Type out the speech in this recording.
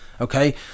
okay